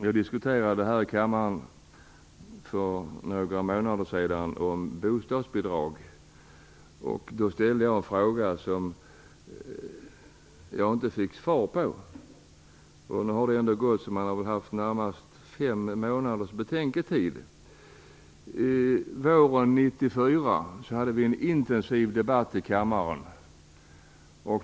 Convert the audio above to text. Jag diskuterade bostadsbidraget här i kammaren för några månader sedan. Då ställde jag en fråga som jag inte fick svar på. Nu har man haft närmare fem månaders betänketid. Våren 1994 hade vi en intensiv debatt i kammaren.